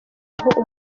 aho